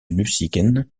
nucingen